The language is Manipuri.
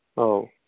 ꯑꯧ